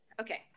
Okay